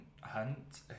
Hunt